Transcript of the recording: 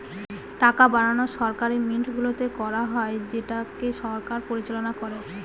টাকা বানানো সরকারি মিন্টগুলোতে করা হয় যেটাকে সরকার পরিচালনা করে